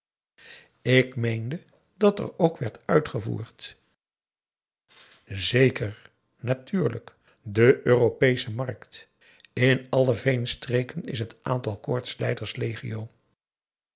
ik meende dat er ook werd uitgevoerd zeker natuurlijk de europeesche markt in alle veenstreken is het aantal koortslijders legio